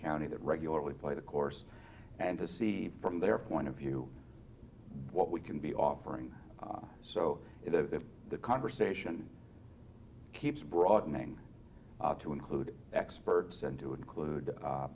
county that regularly play the course and to see from their point of view what we can be offering so the the conversation keeps broadening to include experts and to include